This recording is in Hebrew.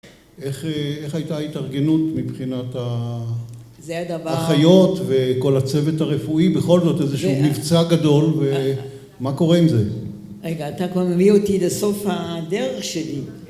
איך... איך הייתה ההתארגנות מבחינת ה... זה הדבר. האחיות וכל הצוות הרפואי, בכל זאת איזשהו מבצע גדול, מה קורה עם זה? רגע, אתה כבר מביא אותי לסוף הדרך שלי.